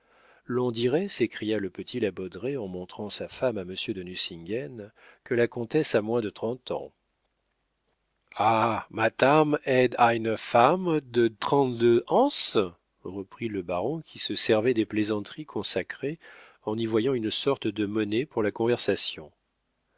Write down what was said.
l'on dirait s'écria le petit la baudraye en montrant sa femme à monsieur de nucingen que la comtesse a moins de trente ans ah matame aid eine fame te drende ansse reprit le baron qui se servait des plaisanteries consacrées en y voyant une sorte de monnaie pour la conversation